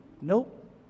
Nope